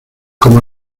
como